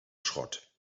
schrott